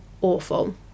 awful